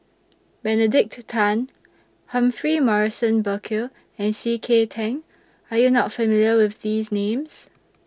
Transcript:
Benedict Tan Humphrey Morrison Burkill and C K Tang Are YOU not familiar with These Names